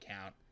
count